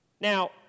Now